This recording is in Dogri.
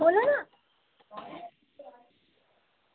बोल्लो ना